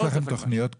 יש לכם תוכניות כתובות?